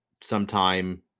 sometime